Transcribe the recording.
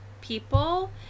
people